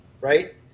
right